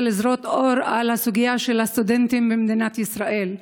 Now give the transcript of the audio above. לזרות אור על סוגיה של הסטודנטים במדינת ישראל,